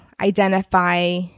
identify